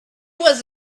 was